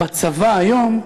בצבא היום,